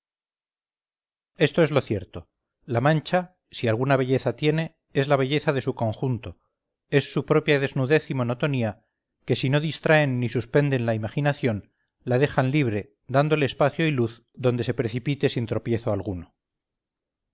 esto es lo cierto la mancha si alguna belleza tiene es la belleza de su conjunto es su propia desnudez y monotonía que si no distraen ni suspenden la imaginación la dejan libre dándole espacio y luz donde se precipite sin tropiezo alguno